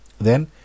Then—